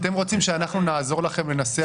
אתם רוצים שאנחנו נעזור לכם לנסח?